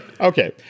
Okay